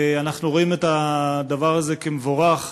אנחנו רואים את הדבר הזה כמבורך,